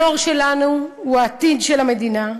הנוער שלנו הוא העתיד של המדינה,